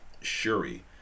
Shuri